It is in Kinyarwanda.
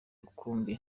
rukumbi